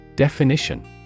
Definition